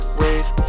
wave